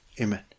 Amen